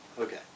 Okay